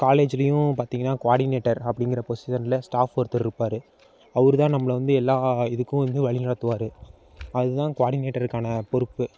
காலேஜ்லேயும் பார்த்திங்கனா குவாடினேட்டர் அப்படிங்கற பொசிஷனில் ஸ்டாஃப் ஒருத்தர் இருப்பார் அவருதான் நம்மளை வந்து எல்லா இதுக்கும் வந்து வழிநடத்துவார் அதுதான் குவாடினேட்டருக்கான பொறுப்பு